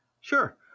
Sure